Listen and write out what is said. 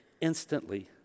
instantly